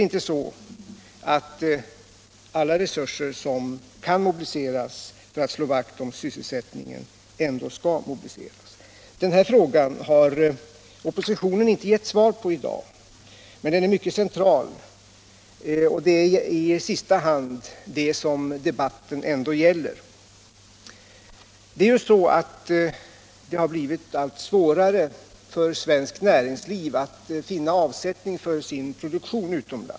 Skall inte alla resurser som kan mobiliseras för att slå vakt om sysselsättningen ändå tas i anspråk? Dessa frågor har oppositionen inte givit svar på i dag. Men de är mycket centrala och innefattar i sista hand det som debatten ändå gäller. Det har blivit allt svårare för svenskt näringsliv att utomlands finna avsättning för sin produktion.